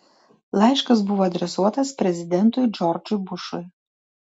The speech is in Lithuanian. laiškas buvo adresuotas prezidentui džordžui bušui